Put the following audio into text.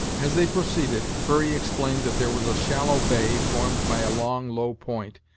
as they proceeded, hurry explained that there was a shallow bay, formed by a long, low point,